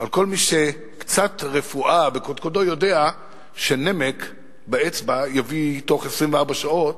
כל מי שקצת רפואה בקודקודו יודע שנמק באצבע יביא תוך 24 שעות